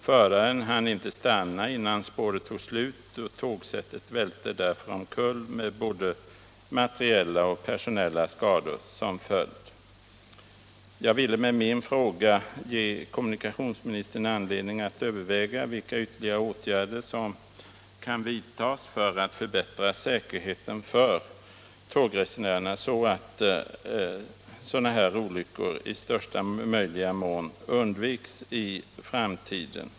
Föraren hann inte stanna tåget innan spåret tog slut, och tågsättet välte därför omkull med både materiella och personella skador som följd. Jag ville med min fråga ge kommunikationsministern anledning att överväga vilka ytterligare åtgärder som kan vidtas för att förbättra säkerheten för tågresenärerna så att liknande olyckor i största möjliga mån undviks i framtiden.